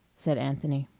said anthony.